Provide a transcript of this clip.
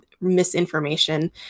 misinformation